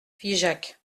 figeac